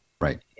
right